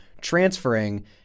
transferring